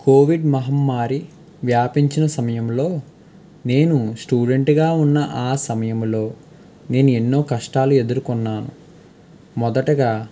Covid మహమ్మారి వ్యాపించిన సమయంలో నేను స్టూడెంట్గా ఉన్న ఆ సమయంలో నేను ఎన్నో కష్టాలు ఎదుర్కొన్నాను మొదటగా